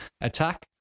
Attack